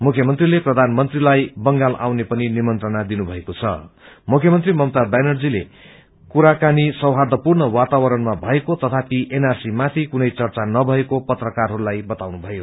मुख्यमंत्रीले प्रधानमंत्रीलाई बंगाल ाआउने पनि निमंत्रणा दिएं मुख्यमंत्री ममता व्यानर्जीले कुराकानी सौईादपूर्ण वातावरणमा भएको तथापि एनआरसी माथि कुनै चच्य नभएको पत्रकारहरूलाई बताउनुभयो